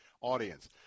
audience